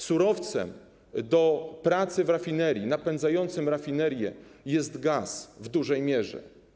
Surowcem do pracy w rafinerii, napędzającym rafinerię jest w dużej mierze gaz.